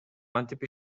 кантип